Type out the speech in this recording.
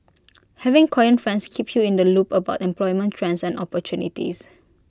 having Korean friends keep you in the loop about employment trends and opportunities